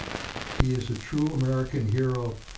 he is a true american hero,